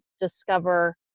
discover